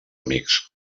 amics